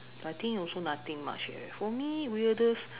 I think also nothing much leh for me weirdest